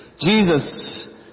Jesus